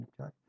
Okay